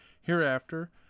hereafter